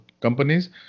companies